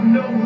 no